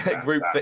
group